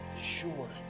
sure